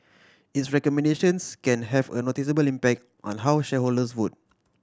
its recommendations can have a noticeable impact on how shareholders vote